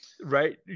Right